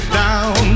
down